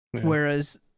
whereas